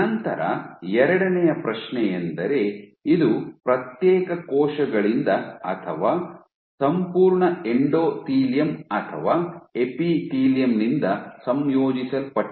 ನಂತರ ಎರಡನೆಯ ಪ್ರಶ್ನೆಯೆಂದರೆ ಇದು ಪ್ರತ್ಯೇಕ ಕೋಶಗಳಿಂದ ಅಥವಾ ಸಂಪೂರ್ಣ ಎಂಡೋಥೀಲಿಯಂ ಅಥವಾ ಎಪಿಥೀಲಿಯಂ ನಿಂದ ಸಂಯೋಜಿಸಲ್ಪಟ್ಟಿದೆಯೇ